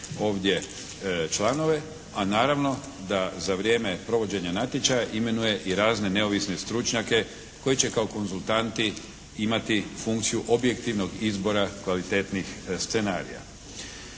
ovdje članove, a naravno da za vrijeme provođenja natječaja imenuje i razne neovisne stručnjake koji će kao konzultanti imati funkciju objektivnog izbora kvalitetnih scenarija.